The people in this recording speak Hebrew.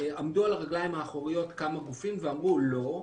עמדו על הרגליים האחוריות כמה גופים ואמרו: לא.